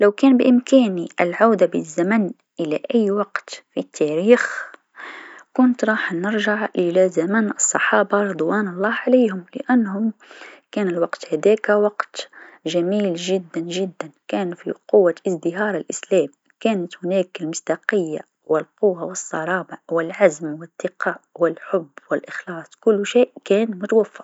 لو كان بإمكاني العوده بالزمن إلى أي وقت في التاريخ كنت راح نرجع الى زمن الصحابه رضوان الله عليهم لأنهم كان الوقت هذاك وقت جميل جميل جدا، كان في قوه إزدهار الإسلام، كانت هناك المصداقيه و القوه و الصلابه و العزم و الدقه و الحب و الإخلاص، كل شيء كان متوفر.